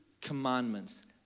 commandments